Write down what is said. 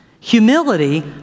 Humility